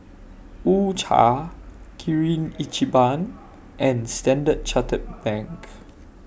U Cha Kirin Ichiban and Standard Chartered Bank